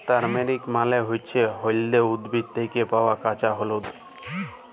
turmeric মালে হচ্যে হল্যদের উদ্ভিদ থ্যাকে পাওয়া কাঁচা হল্যদ